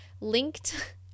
linked